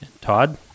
todd